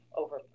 over